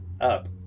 up